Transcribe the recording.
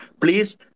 please